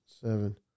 Seven